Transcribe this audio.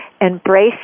embrace